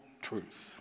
truth